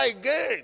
again